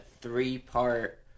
three-part